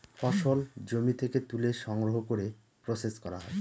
ফসল জমি থেকে তুলে সংগ্রহ করে প্রসেস করা হয়